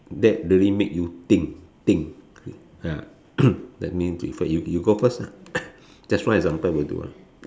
that really make you think think ya that means y~ you go first lah just one example will do lah